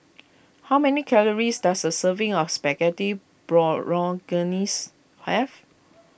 how many calories does a serving of Spaghetti Bolognese have